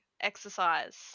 exercise